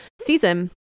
season